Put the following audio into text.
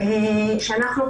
שאנחנו,